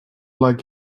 like